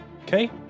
Okay